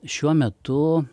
šiuo metu